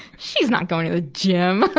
she's not going to the gym.